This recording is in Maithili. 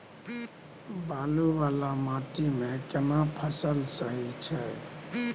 बालू वाला माटी मे केना फसल सही छै?